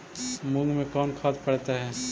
मुंग मे कोन खाद पड़तै है?